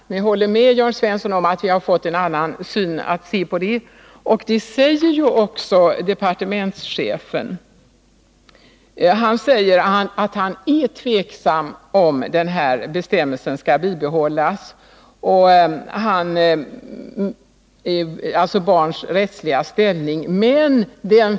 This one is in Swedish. Men jag håller med Jörn Svensson om att vi numera ser på den saken på ett annat sätt. Departementschefen säger också att han är tveksam om den här bestämmelsen skall bibehållas. Den har ju med barnets rättsliga ställning att göra.